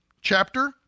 Chapter